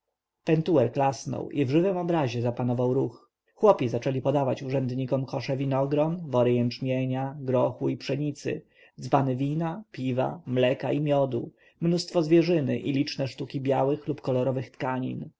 pentuer klasnął i w żywym obrazie zapanował ruch chłopi zaczęli podawać urzędnikom kosze winogron wory jęczmienia grochu i pszenicy dzbany wina piwa mleka i miodu mnóstwo zwierzyny i liczne sztuki białych lub kolorowych tkanin